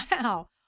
Wow